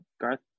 Garth